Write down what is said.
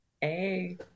Hey